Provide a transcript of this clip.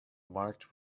marked